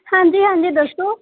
ਹਾਂਜੀ ਹਾਂਜੀ ਦੱਸੋ